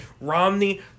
Romney